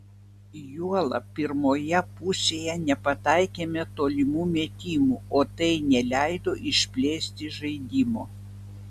juolab pirmoje pusėje nepataikėme tolimų metimų o tai neleido išplėsti žaidimo